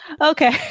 okay